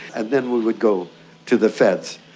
and then we would go to the feds.